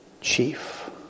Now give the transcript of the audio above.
chief